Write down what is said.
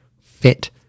fit